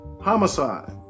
homicide